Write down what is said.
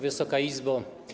Wysoka Izbo!